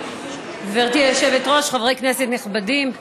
גברתי היושבת-ראש, חברי כנסת נכבדים,